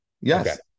Yes